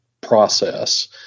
process